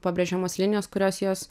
pabrėžiamos linijos kurios jos